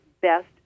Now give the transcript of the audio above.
best